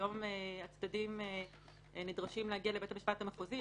היום הצדדים נדרשים להגיע לבית המשפט המחוזי,